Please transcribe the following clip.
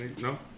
No